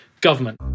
government